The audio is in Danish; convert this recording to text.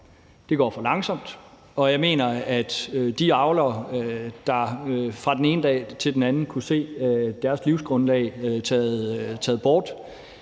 Det går for langsomt, og jeg mener, at de avlere, der fra den ene dag til den anden kunne se deres livsgrundlag blive